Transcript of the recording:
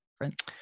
different